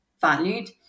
valued